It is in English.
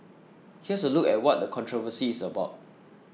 here's a look at what the controversy is about